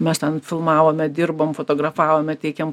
mes ten filmavome dirbom fotografavome teikėm